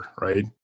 right